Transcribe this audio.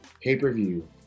pay-per-view